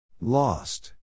Lost